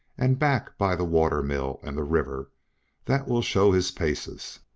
and back by the water-mill and the river that will show his paces.